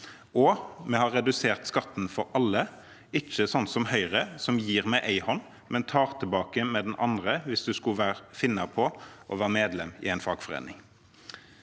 også redusert skatten for alle, ikke slik som Høyre, som gir med én hånd, men tar tilbake med den andre hvis en skulle finne på å være medlem i en fagforening.